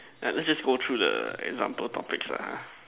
uh let's just go through the example topics lah ha